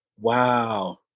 Wow